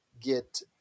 get